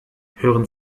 hören